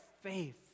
faith